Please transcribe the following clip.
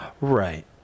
Right